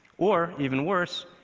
or even worse,